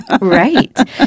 Right